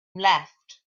left